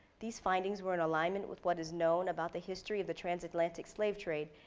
these findings were in alignment with what is known about the history of the transatlantic slave trade,